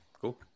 Cool